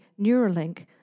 Neuralink